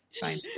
Fine